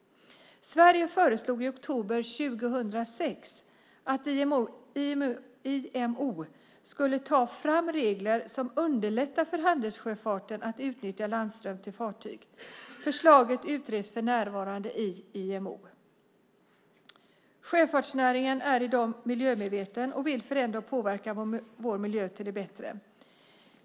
Sverige föreslog i oktober 2006 att IMO skulle ta fram regler som underlättar för handelssjöfarten att utnyttja landström till fartyg. Förslaget utreds för närvarande i IMO. Sjöfartsnäringen är i dag miljömedveten och vill förändra och påverka vår miljö till det bättre.